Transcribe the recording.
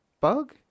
bug